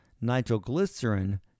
Nitroglycerin